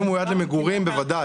אם הוא מיועד למגורים, בוודאי.